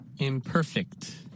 Imperfect